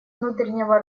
внутреннего